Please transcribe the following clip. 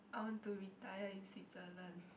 I want to retire in Switzerland